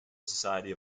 society